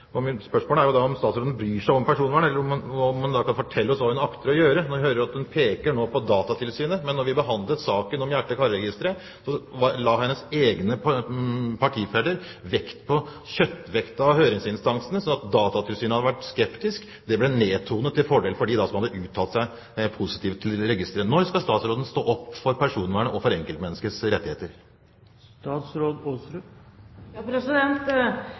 er jo da om statsråden bryr seg om personvernet, eller om hun kan fortelle oss hva hun akter å gjøre. Nå hører vi at hun peker på Datatilsynet. Men da vi behandlet saken om hjerte- og karregisteret, la hennes egne partifeller vekt på kjøttvekten av høringsinstansene. At Datatilsynet hadde vært skeptisk, ble nedtonet til fordel for dem som hadde uttalt seg positivt om registeret. Når skal statsråden stå opp for personvernet og for enkeltmenneskets rettigheter?